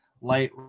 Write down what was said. light